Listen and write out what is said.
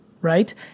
right